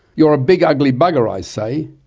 you're a big ugly bugger i say,